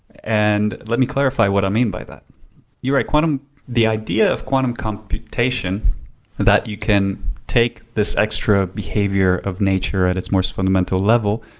and let me clarify what i mean by that you're right, the idea of quantum computation that you can take this extra behavior of nature at its most fundamental level,